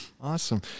Awesome